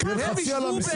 לייבוא.